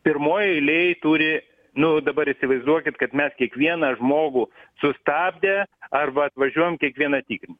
pirmoj eilėj turi nu dabar įsivaizduokit kad mes kiekvieną žmogų sustabdę arba atvažiuojam kiekvieną tikrint